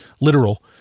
literal